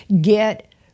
get